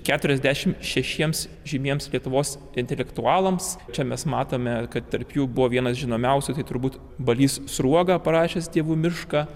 keturiasdešimt šešiems žymiems lietuvos intelektualams čia mes matome kad tarp jų buvo vienas žinomiausių tai turbūt balys sruoga parašęs dievų mišką